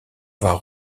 avoir